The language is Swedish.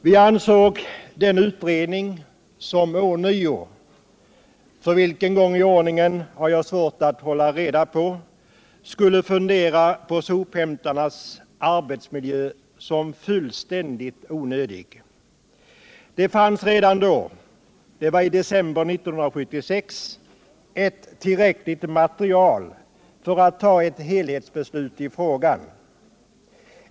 Vi ansåg den utredning som ånyo -— för vilken gång i ordningen har jag svårt att hålla reda på — skulle fundera på sophämtarnas arbetsmiljö fullständigt onödig. Det fanns redan då — det vari december 1976 - ett tillräckligt material för att fatta ett helhetsbeslut i frågan.